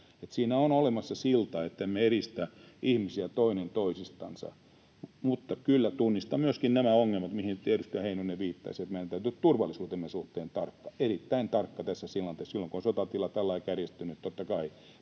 siinä on olemassa silta, ettemme eristä ihmisiä toinen toisistansa. Mutta kyllä tunnistan myöskin nämä ongelmat, mihin edustaja Heinonen viittasi, että meidän täytyy turvallisuutemme suhteen olla tarkka, erittäin tarkka tässä tilanteessa. Silloin kun sotatila on tällä lailla kärjistynyt,